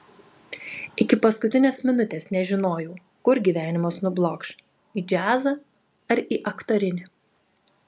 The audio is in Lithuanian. iki paskutinės minutės nežinojau kur gyvenimas nublokš į džiazą ar į aktorinį